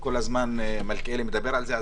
כל הזמן מלכיאלי מדבר על זה,